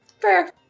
Fair